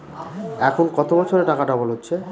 এখন কত বছরে টাকা ডবল হচ্ছে?